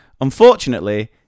Unfortunately